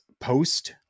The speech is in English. post